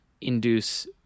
induce